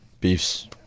Beef's